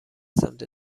سمت